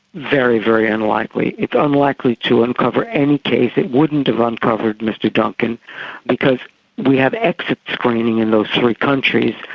very, very unlikely. it's unlikely to uncover any case. it wouldn't have uncovered mr duncan because we have exit screening in those three countries.